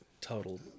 total